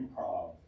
improv